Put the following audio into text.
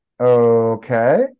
Okay